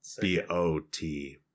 b-o-t